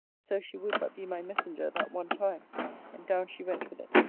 so she would but be my messenger that one time and down she went with it.